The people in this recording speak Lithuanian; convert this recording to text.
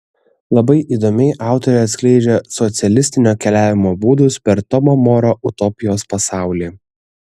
labai įdomiai autorė atskleidžia socialistinio keliavimo būdus per tomo moro utopijos pasaulį